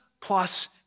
plus